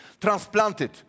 transplanted